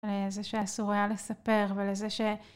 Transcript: לזה שאסור היה לספר, ולזה ש...